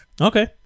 okay